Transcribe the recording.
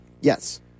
Yes